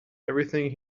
everything